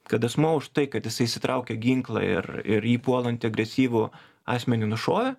kad asmuo už tai kad jisai išsitraukė ginklą ir ir jį puolantį agresyvų asmenį nušovė